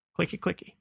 Clicky-clicky